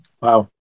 Wow